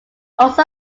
also